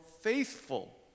faithful